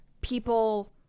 people